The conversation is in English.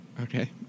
Okay